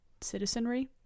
citizenry